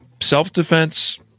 self-defense